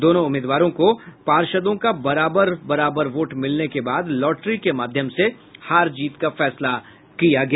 दोनों उम्मीदवारों को पार्षदों का बराबर वोट मिलने के बाद लॉटरी के माध्यम से हार जीत का फैसला किया गया